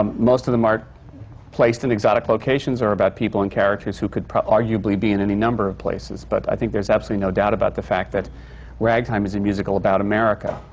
um most of them are placed in exotic locations or about people and characters who could arguably be in any number of places. but i think there's absolutely no doubt about the fact that ragtime is a musical about america.